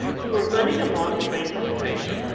who were running along the rainbow bridge.